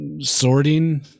sorting